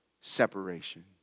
separation